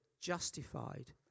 justified